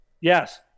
Yes